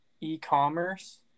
e-commerce